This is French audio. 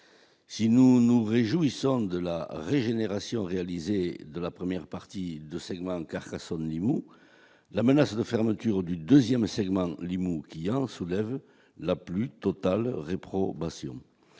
si nous nous réjouissons de la régénération réalisé de la première partie de segments Carcassonne, Limoux, la menace de fermeture du 2ème segments Limoux, Quillan soulève la plus totale réprobation